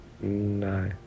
No